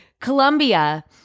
Colombia